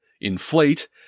inflate